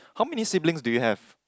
how many siblings do you have